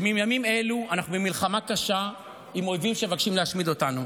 בימים אלו אנחנו במלחמה קשה עם אויבים שמבקשים להשמיד אותנו,